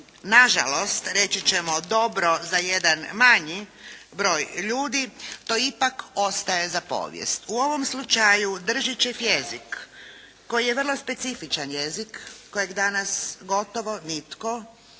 nažalost reći ćemo dobro za jedan manji broj ljudi to ipak ostaje za povijest. U ovom slučaju Držićev jezik koji je vrlo specifičan jezik kojeg danas gotovo nitko